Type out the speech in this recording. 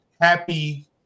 happy